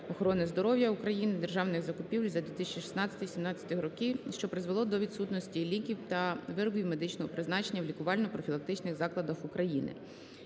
охорони здоров'я України державних закупівель за 2016–17 роки, що призвело до відсутності ліків та виробів медичного призначення в лікувально-профілактичних закладах України.